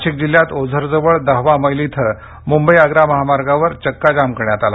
नाशिक जिल्ह्यात ओझरजवळ दहावा मैल इथे मुंबई आग्रा महामार्गावर चक्का जाम करण्यात आला